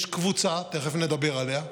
יש קבוצה, תכף נדבר עליה,